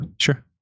sure